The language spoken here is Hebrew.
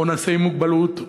או ניעשה עם מוגבלות,